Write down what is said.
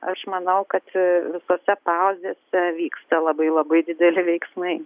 aš manau kad visose fazėse vyksta labai labai dideli veiksmai